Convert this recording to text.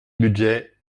budget